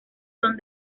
son